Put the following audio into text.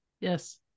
Yes